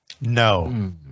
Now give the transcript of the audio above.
No